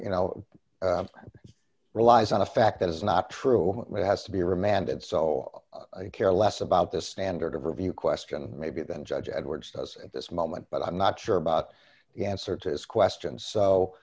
you know relies on a fact that is not true it has to be remanded so i care less about this standard of review question maybe than judge edwards does at this moment but i'm not sure about the answer to this question so